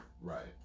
Right